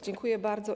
Dziękuję bardzo.